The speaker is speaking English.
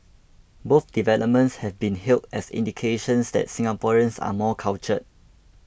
both developments have been hailed as indications that Singaporeans are more cultured